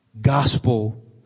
gospel